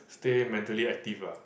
stay mentally active lah